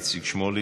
איציק שמולי,